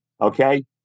okay